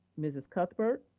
mrs. cuthbert,